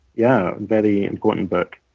yeah, very important book,